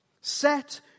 Set